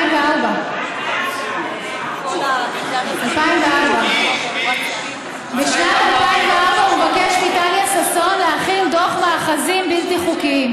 2004. בשנת 2004 הוא מבקש מטליה ששון להכין דוח מאחזים בלתי חוקיים.